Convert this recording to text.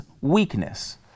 weakness